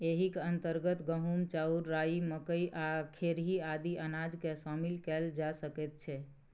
एहिक अंतर्गत गहूम, चाउर, राई, मकई आ खेरही आदि अनाजकेँ शामिल कएल जा सकैत छै